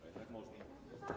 A jednak można.